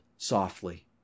Softly